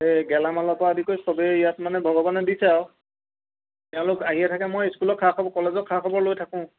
এই গেলামালৰ পৰা আদি কৰি চবেই ইয়াত মানে ভগৱানে দিছে আৰু তেওঁলোক আহিয়ে থাকে মই স্কুলক খা খবৰ কলেজক খা খবৰ লৈ থাকোঁ